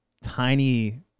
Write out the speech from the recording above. tiny